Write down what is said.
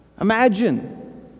Imagine